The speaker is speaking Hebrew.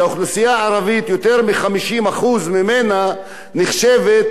יותר מ-50% ממנה נחשבת לאוכלוסיית עוני,